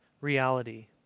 reality